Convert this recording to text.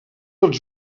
els